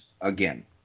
again